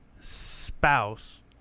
spouse